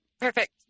perfect